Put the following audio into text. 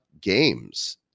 Games